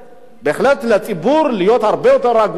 בהחלט, לציבור להיות הרבה יותר רגוע.